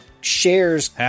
shares